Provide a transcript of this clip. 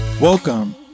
Welcome